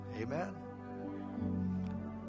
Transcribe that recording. amen